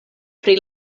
pri